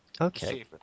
okay